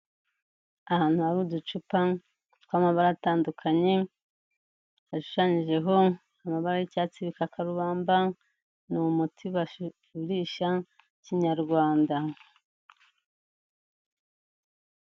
Ahantu hari uducupa tw'amabara atandukanye, yashushanyijeho amaba y'icyatsi y'ibikakarubamba, ni umuti bagurisha kinyarwanda